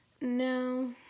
No